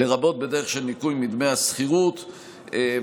לרבות בדרך של ניכוי מדמי השכירות וכו'.